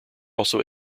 also